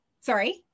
Sorry